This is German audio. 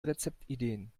rezeptideen